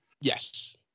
Yes